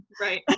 right